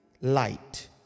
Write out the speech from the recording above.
light